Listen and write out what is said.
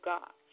God